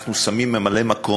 אנחנו שמים ממלא-מקום,